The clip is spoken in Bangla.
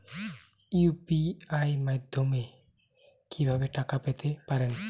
ইউ.পি.আই মাধ্যমে কি ভাবে টাকা পেতে পারেন?